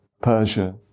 Persia